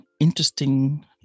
interesting